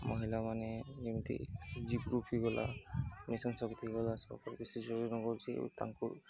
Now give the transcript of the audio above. ମହିଳାମାନେ ଯେମିତି କରୁଛି ତାଙ୍କୁ